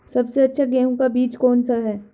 सबसे अच्छा गेहूँ का बीज कौन सा है?